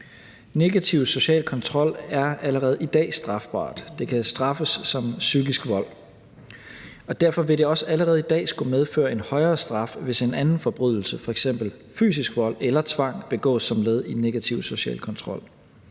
Negativ social kontrol er allerede i dag strafbart. Det kan straffes som psykisk vold, og derfor vil det også allerede i dag skulle medføre en højere straf, hvis en anden forbrydelse, f.eks. fysisk vold eller tvang, begås som led i negativ social kontrol.